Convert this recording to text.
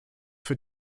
für